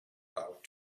about